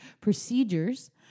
procedures